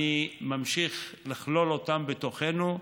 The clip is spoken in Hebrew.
אני ממשיך לכלול אותם בתוכנו,